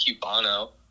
Cubano